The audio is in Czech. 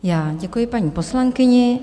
Já děkuji paní poslankyni.